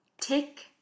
tick